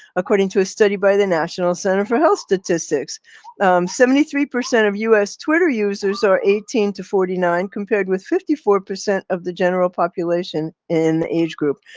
according to a study by the national center for health statistics seventy three percent of us twitter users are eighteen to forty nine compared with fifty four percent of the general population in the age group.